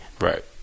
Right